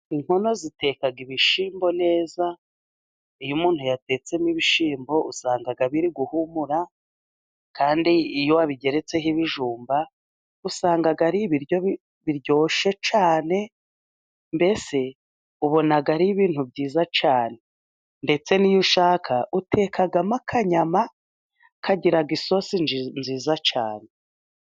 Inkono ziteka ibishyimbo neza， iyo umuntu yatetsemo ibishyimbo usanga biri guhumura， kandi iyo wabigeretseho ibijumba，usanga ari ibiryo biryoshye cyane， mbese ubona ari ibintu byiza cyane， ndetse n'iyo ushaka utekamo akanyama， kagira isosi nziza cyane.